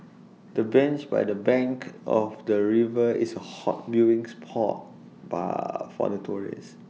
the bench by the bank of the river is A hot viewing spot for tourists